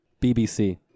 BBC